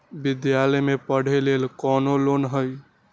विद्यालय में पढ़े लेल कौनो लोन हई?